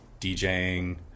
DJing